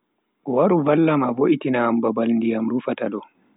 Waru vallam a vo'itin am babal ndiyam rufata do.